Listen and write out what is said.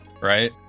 right